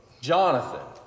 Jonathan